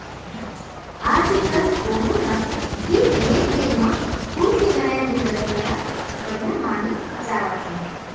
आजकाल कोनो ल भी भेट देय म फूल के बनाए गुलदस्ता ल बड़िहा माने जावत हे